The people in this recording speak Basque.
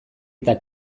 eta